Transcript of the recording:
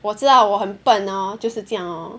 我知道我很笨 hor 就是这样 lor